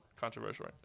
controversial